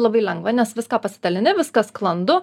labai lengva nes viską pasidalini viskas sklandu